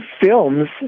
films